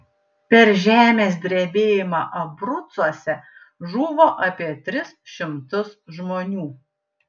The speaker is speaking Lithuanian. per žemės drebėjimą abrucuose žuvo apie tris šimtus žmonių